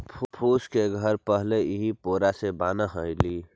फूस के घर पहिले इही पोरा से बनऽ हलई